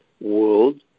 world